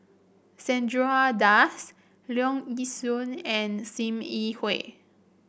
Chandra Das Leong Yee Soo and Sim Yi Hui